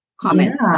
comment